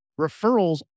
referrals